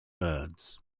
birds